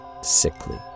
sickly